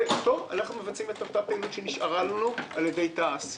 ואיתו אנחנו מבצעים את הפעילות שנשארה לנו על ידי תע"ש.